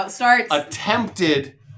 attempted